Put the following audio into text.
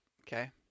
Okay